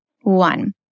One